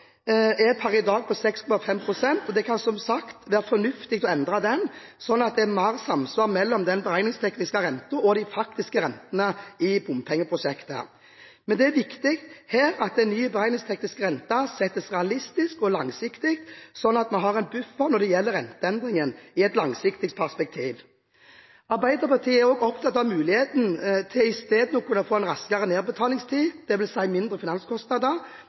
er per i dag på 6,5 pst. Det kan som sagt være fornuftig å endre den, slik at det er mer samsvar mellom den beregningstekniske renten og den faktiske renten i bompengeprosjektet. Men det er viktig her at en ny beregningsteknisk rente settes realistisk og langsiktig, slik at man har en buffer når det gjelder renteendringer i et langsiktig perspektiv. Arbeiderpartiet er også opptatt av mulighetene til i stedet å kunne få en raskere nedbetalingstid, dvs. mindre finanskostnader,